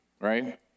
right